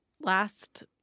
last